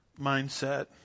mindset